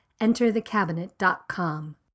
enterthecabinet.com